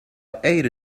ate